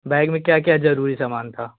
bag में क्या क्या जरूरी सामान था